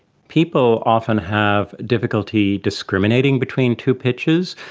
people often have difficulty discriminating between two pitches,